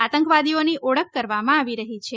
આતંકવાદીઓની ઓળખ કરવામાં આવી રહી છે